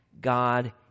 God